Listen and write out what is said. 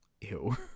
ew